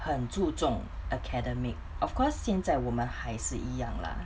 很注重 academic of course 现在我们还是一样 lah